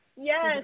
Yes